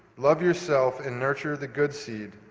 love yourself and nurture the good seed.